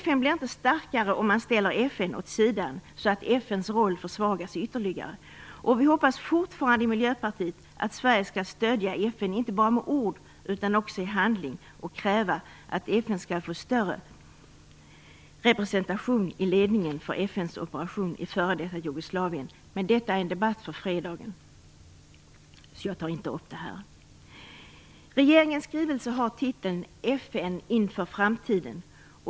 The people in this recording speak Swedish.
FN blir inte starkare om man ställer FN åt sidan, så att FN:s roll försvagas ytterligare. Vi i Miljöpartiet hoppas fortfarande att Sverige skall stödja FN inte bara med ord utan också i handling och kräva att FN skall få större representation i ledningen för FN:s operation i f.d. Jugoslavien. Men detta är en debatt för fredagen, och jag skall därför inte ta upp det nu. Regeringens skrivelse har titeln FN inför framtiden.